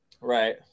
Right